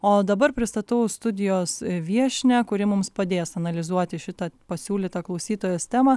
o dabar pristatau studijos viešnią kuri mums padės analizuoti šitą pasiūlytą klausytojos temą